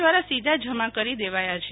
દ્વારા સીધા જમા ક રી દેવાયા છે